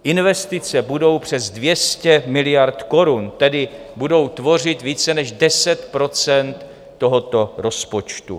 Investice budou přes 200 miliard korun, tedy budou tvořit více než 10 % tohoto rozpočtu.